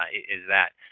is that